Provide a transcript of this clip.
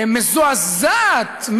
מזועזעת,